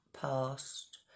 past